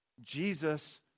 Jesus